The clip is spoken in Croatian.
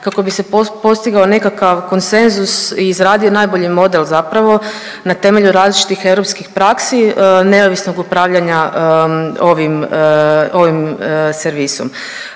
kako bi se postigao nekakav konsenzus i izradio najbolji model zapravo na temelju različitih europskih praksi neovisnog upravljanja ovim servisom.